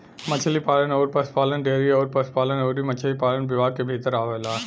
मछरी पालन अउर पसुपालन डेयरी अउर पसुपालन अउरी मछरी पालन विभाग के भीतर आवेला